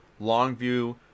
Longview